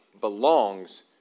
belongs